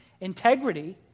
integrity